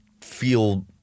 feel –